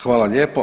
Hvala lijepo.